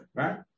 right